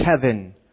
Kevin